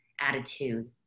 attitude